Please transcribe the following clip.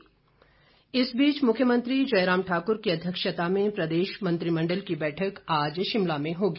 मुख्यमंत्री इस बीच मुख्यमंत्री जयराम ठाक्र की अध्यक्षता में प्रदेश मंत्रिमंडल की बैठक आज शिमला में होगी